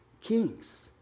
kings